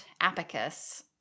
Apicus